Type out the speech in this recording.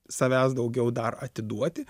savęs daugiau dar atiduoti